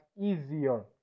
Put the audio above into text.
easier